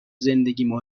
زندگیم